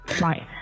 Right